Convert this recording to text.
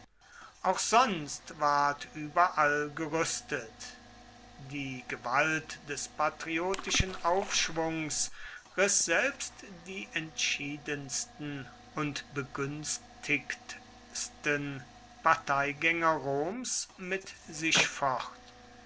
auch sonst ward überall gerüstet die gewalt des patriotischen aufschwungs riß selbst die entschiedensten und begünstigtsten parteigänger roms mit sich fort